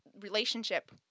relationship